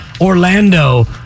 Orlando